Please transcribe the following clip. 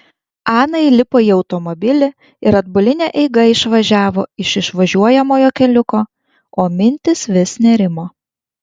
ana įlipo į automobilį ir atbuline eiga išvažiavo iš įvažiuojamojo keliuko o mintys vis nerimo